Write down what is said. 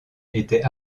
était